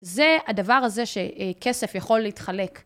זה הדבר הזה שכסף יכול להתחלק.